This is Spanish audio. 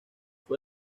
fue